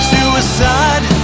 Suicide